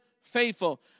faithful